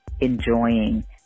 enjoying